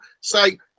say